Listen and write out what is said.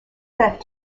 that